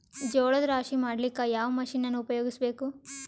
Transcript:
ಜೋಳದ ರಾಶಿ ಮಾಡ್ಲಿಕ್ಕ ಯಾವ ಮಷೀನನ್ನು ಉಪಯೋಗಿಸಬೇಕು?